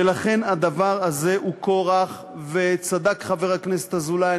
ולכן הדבר הזה הוא כורח, וצדק חבר הכנסת אזולאי.